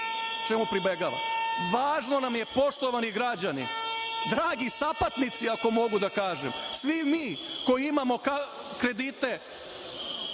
čemu pribegava. Važno nam je poštovani građani, dragi sapatnici, ako mogu da kažem, svi mi koji imamo kredite